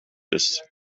ist